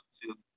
two